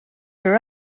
grew